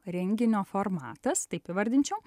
renginio formatas taip įvardinčiau